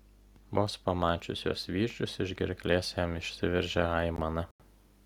vos pamačius jos vyzdžius iš gerklės jam išsiveržė aimana